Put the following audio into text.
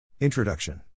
Introduction